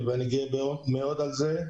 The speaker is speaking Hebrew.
ואני גאה מאוד על זה.